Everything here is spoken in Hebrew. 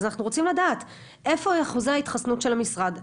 אז אנחנו רוצים לדעת איפה אחוזי ההתחסנות של המשרד נמוכים.